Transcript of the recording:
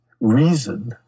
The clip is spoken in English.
reason